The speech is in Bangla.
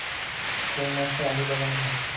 কোন মাসে আলু লাগানো হয়?